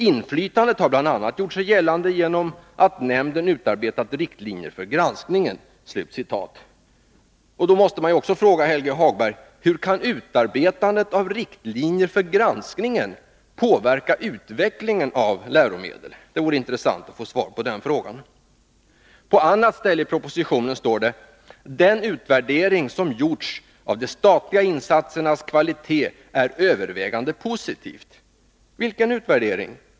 Inflytandet har bl.a. gjort sig gällande genom att nämnden utarbetat riktlinjer för granskningen.” Då måste man också fråga Helge Hagberg: Hur kan utarbetandet av riktlinjer för granskningen påverka utvecklingen av läromedel? Det vore intressant att få svar på den frågan. På annat ställe i propositionen står det: ”Den utvärdering som gjorts av de statliga insatsernas kvalitet är övervägande positiv.” Vilken utvärdering?